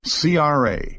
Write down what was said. CRA